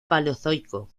paleozoico